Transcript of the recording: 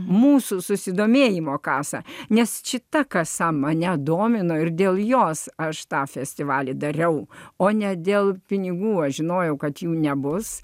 mūsų susidomėjimo kasą nes šita kasa mane domina ir dėl jos aš tą festivalį dariau o ne dėl pinigų aš žinojau kad jų nebus